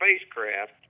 spacecraft